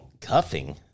Cuffing